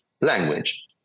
language